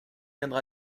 viendra